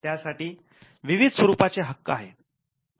त्यासाठी विविध स्वरूपाचे हक्क आहेत